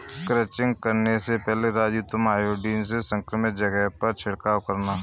crutching करने से पहले राजू तुम आयोडीन से संक्रमित जगह पर छिड़काव करना